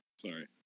Sorry